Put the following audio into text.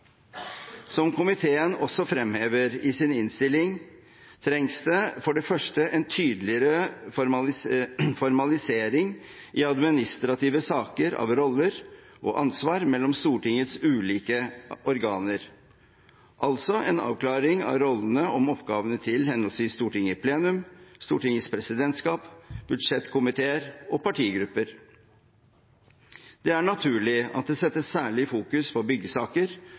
Som komiteen også fremhever i sin innstilling, trengs det for det første en tydeligere formalisering i administrative saker av roller og ansvar mellom Stortingets ulike organer – altså en avklaring av rollene om oppgavene til henholdsvis Stortinget i plenum, Stortingets presidentskap, budsjettkomiteer og partigrupper. Det er naturlig at det fokuseres særlig på byggesaker